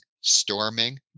storming